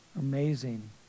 amazing